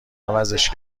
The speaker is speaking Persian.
عوضش